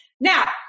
now